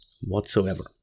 whatsoever